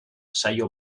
saio